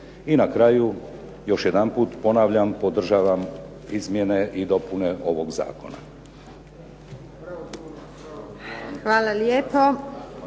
I na kraju još jedanput ponavljam, podržavam izmjene i dopune ovog zakona. **Antunović,